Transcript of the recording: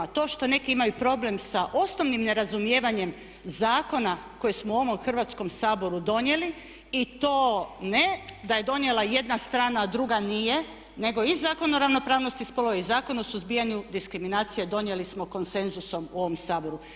A to što neki imaju problem sa osnovnim nerazumijevanjem zakona koje smo u ovom Hrvatskom saboru donijeli i to ne da je donijela jedna strana a druga nije, nego i Zakon o ravnopravnosti spolova i Zakon o suzbijanju diskriminacije donijeli smo konsenzusom u ovom Saboru.